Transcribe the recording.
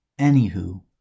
Anywho